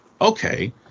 okay